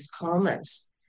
comments